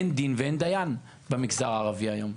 אין דין ואין דיין במגזר הערבי היום.